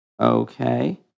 Okay